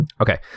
Okay